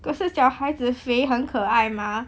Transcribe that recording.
可是小孩子肥很可爱 mah